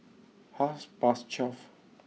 half past twelve